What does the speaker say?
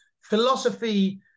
Philosophy